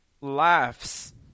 laughs